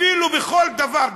בכל דבר,